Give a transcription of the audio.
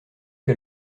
que